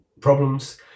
problems